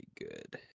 good